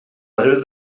whatever